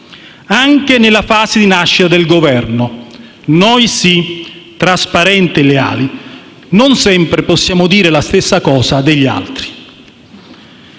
anche nella fase di nascita del Governo. Noi sì, trasparenti e leali, non sempre possiamo dire la stessa cosa degli altri.